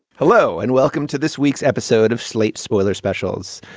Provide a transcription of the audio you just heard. hello and welcome to this week's episode of slate's spoiler specials.